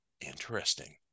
Interesting